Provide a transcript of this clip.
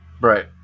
Right